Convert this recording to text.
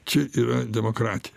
čia yra demokratija